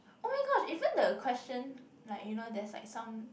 oh my god even the question like you know there's like some